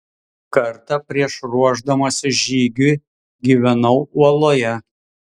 kartą prieš ruošdamasis žygiui gyvenau uoloje